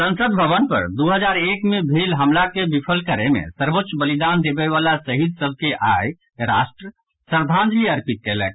संसद भवन पर दू हजार एक मे भेल हमला के विफल करय मे सर्वोच्च बलिदान देबयवला शहीद सभ के आई राष्ट्र श्रद्धांजलि अर्पित कयलक